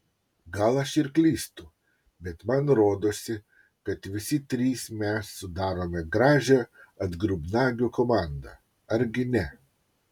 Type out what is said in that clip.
gal aš ir klystu bet man rodosi kad visi trys mes sudarome gražią atgrubnagių komandą argi ne